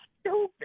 stupid